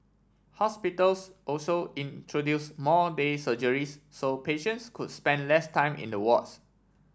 hospitals also introduce more day surgeries so patients could spend less time in the wards